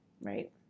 right